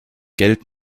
geld